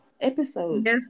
episodes